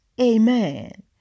Amen